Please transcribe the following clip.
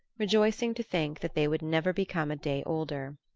rejoicing to think that they would never become a day older.